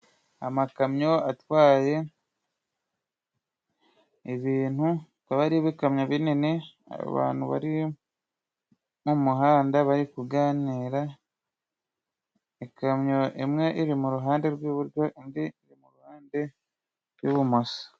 Amakamyo atwaye ibintu bikaba ari ibikamyo binini, abantu bari mu muhanda bari kuganira ,ikamyo imwe iri mu ruhande rw'iburyo ,indi mu ruhande rw'ibumoso.